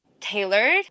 tailored